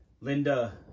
Linda